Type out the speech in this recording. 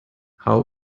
how